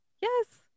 Yes